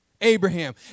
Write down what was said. Abraham